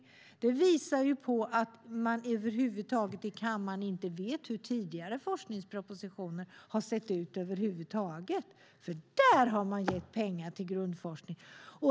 Det visar på att kammaren över huvud taget inte vet hur tidigare forskningspropositioner har sett ut. Där har man gett pengar till grundforskning.